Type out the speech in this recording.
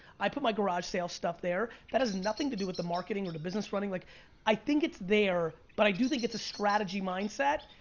i put my garage sale stuff there. that has nothing to do with the marketing or the business running. like i think it's there, but i do think it's a strategy mindset.